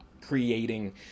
creating